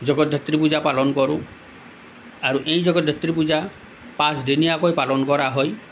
জগদ্ধাত্ৰী পূজা পালন কৰোঁ আৰু এই জগদ্ধাত্ৰী পূজা পাঁচদিনীয়াকৈ পালন কৰা হয়